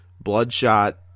bloodshot